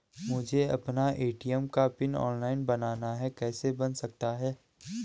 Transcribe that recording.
मुझे अपना ए.टी.एम का पिन ऑनलाइन बनाना है कैसे बन सकता है?